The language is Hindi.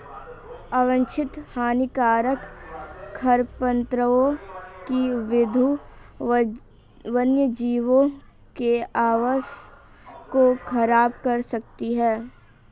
अवांछित हानिकारक खरपतवारों की वृद्धि वन्यजीवों के आवास को ख़राब कर सकती है